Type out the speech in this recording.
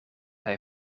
hij